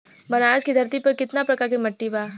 बनारस की धरती पर कितना प्रकार के मिट्टी बा?